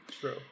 True